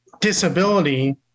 disability